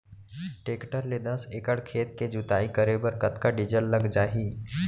Tractor ले दस एकड़ खेत के जुताई करे बर कतका डीजल लग जाही?